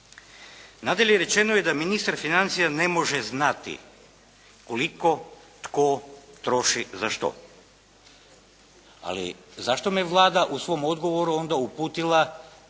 Nadalje rečeno je da ministar financija ne može znati koliko tko troši za što? Ali zašto me Vlada u svom odgovoru onda uputila